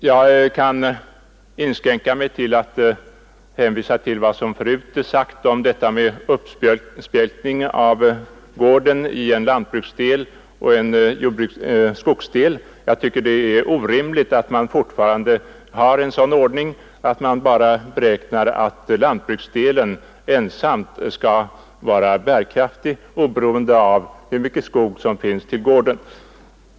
Jag kan inskränka mig till att hänvisa till vad som förut är sagt om uppspjälkning av gården i en lantbruksdel och en skogsdel. Jag tycker att det är orimligt att man fortfarande har en sådan ordning och beräknar att lantbruksdelen ensam skall vara bärkraftig, oberoende av hur mycket skog som finns till gården.